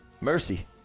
Mercy